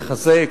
לחזק,